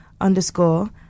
underscore